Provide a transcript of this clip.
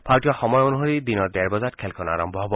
ভাৰতীয় সময় অনুসৰি দিনৰ ডেৰ বজাত খেলখন আৰম্ভ হ'ব